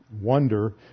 wonder